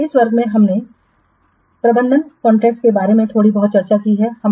इसलिए इस वर्ग में हमने प्रबंध कॉन्ट्रैक्टस के बारे में थोड़ी बहुत चर्चा की है